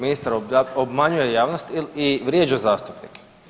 Ministar obmanjuje javnost i vrijeđa zastupnike.